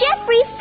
Jeffrey